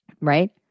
right